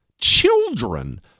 Children